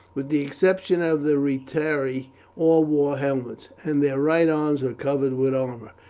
with the exception of the retiarii all wore helmets, and their right arms were covered with armour,